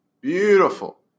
beautiful